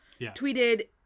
tweeted